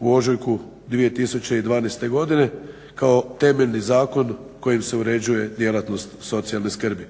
u ožujku 2012. godine kao temeljni zakon kojim se uređuje djelatnost socijalne skrbi.